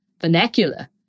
vernacular